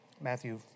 Matthew